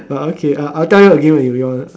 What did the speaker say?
uh okay uh I will tell you again when you yawn